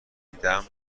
دیدم